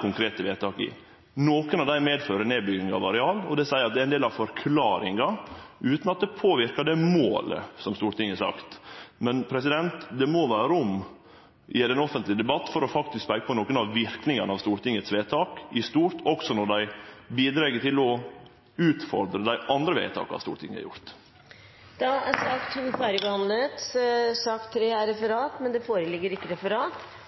konkrete vedtak om det. Nokre av vedtaka medfører nedbygging av areal, og eg seier at det er ein del av forklaringa, utan at det påverkar det målet som Stortinget har sett. Men i den offentlege debatten må det vere rom for faktisk å peike på nokre av verknadene av Stortingets vedtak i stort, også når dei bidreg til å utfordre dei andre vedtaka Stortinget har fatta. Da er sak nr. 2 ferdigbehandlet. Det foreligger ikke noe referat.